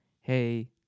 hey